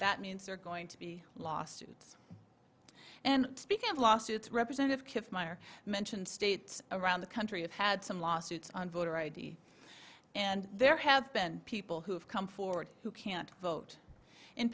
that means they're going to be lawsuits and speaking of lawsuits representative kiff meyer mentioned states around the country have had some lawsuits on voter i d and there have been people who have come forward who can't vote in